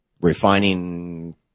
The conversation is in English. refining